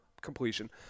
completion